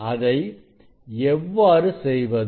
அதை எவ்வாறு செய்வது